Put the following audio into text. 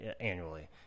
annually